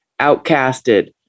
outcasted